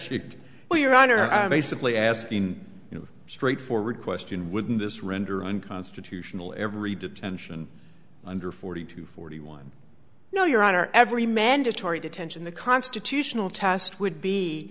what your honor i'm basically asking you know straightforward question wouldn't this render unconstitutional every detention under forty to forty one no your honor every mandatory detention the constitutional test would be